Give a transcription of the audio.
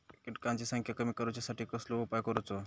किटकांची संख्या कमी करुच्यासाठी कसलो उपाय करूचो?